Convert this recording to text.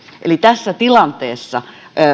eli tässä tilanteessa